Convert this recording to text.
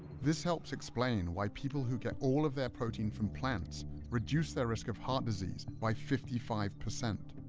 this helps explain why people who get all of their protein from plants reduce their risk of heart disease by fifty five percent.